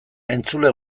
entzule